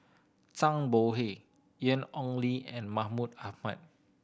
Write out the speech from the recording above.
Zhang Bohe Ian Ong Li and Mahmud Ahmad